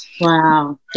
Wow